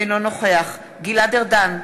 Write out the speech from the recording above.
אינו נוכח גלעד ארדן,